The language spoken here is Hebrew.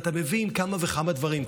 ואתה מבין כמה וכמה דברים.